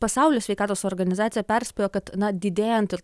pasaulio sveikatos organizacija perspėjo kad na didėjant ir